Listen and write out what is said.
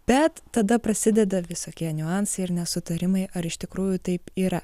bet tada prasideda visokie niuansai ir nesutarimai ar iš tikrųjų taip yra